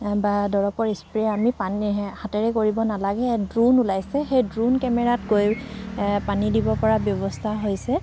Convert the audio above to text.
বা দৰৱৰ স্প্ৰে' আমি হাতেৰে কৰিব নালাগে ড্ৰোন উলাইছে সেই ড্ৰোন কেমেৰাত গৈ পানী দিব পৰা ব্যৱস্থা হৈছে